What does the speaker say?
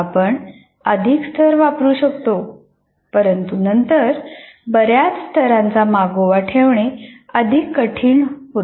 आपण अधिक स्तर वापरू शकतो परंतु नंतर बऱ्याच स्तरांचा मागोवा ठेवणे अधिक कठीण होते